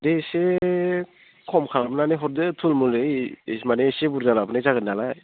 दे एसे खम खालामनानै हरदो थुलमुलै माने एसे बुरजा लाबोनाय जागोन नालाय